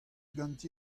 ganti